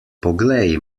poglej